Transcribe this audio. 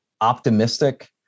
optimistic